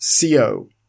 CO